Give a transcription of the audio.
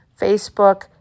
Facebook